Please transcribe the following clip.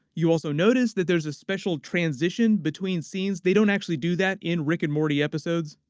you also notice that there's a special transition between scenes. they don't actually do that in rick and morty episodes.